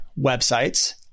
websites